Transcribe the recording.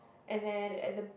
and then at the